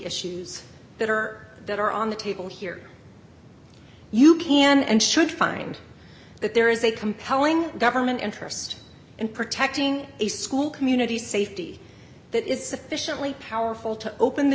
issues that are that are on the table here you can and should find that there is a compelling government interest in protecting a school community safety that is sufficiently powerful to open the